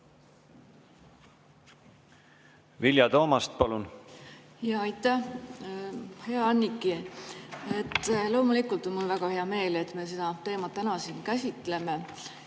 Vilja Toomast, palun! Aitäh! Hea Anniki! Loomulikult on mul väga hea meel, et me seda teemat täna siin käsitleme.